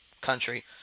country